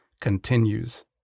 continues